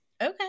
Okay